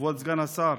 כבוד סגן השר,